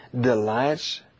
delights